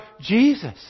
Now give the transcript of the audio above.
Jesus